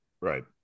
Right